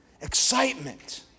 excitement